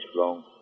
wrong